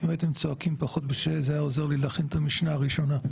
אם הייתם צועקים פחות זה היה עוזר לי להכין את המשנה הראשונה.